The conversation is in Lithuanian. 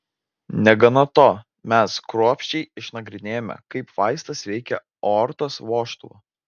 negana to mes kruopščiai išnagrinėjome kaip vaistas veikia aortos vožtuvą